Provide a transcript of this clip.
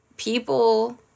people